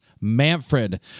Manfred